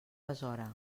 besora